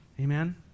Amen